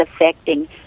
affecting